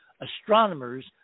astronomers